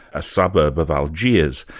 a suburb of algiers,